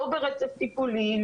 לא ברצף טיפולים,